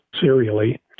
serially